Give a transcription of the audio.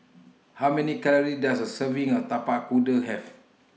How Many Calories Does A Serving of Tapak Kuda Have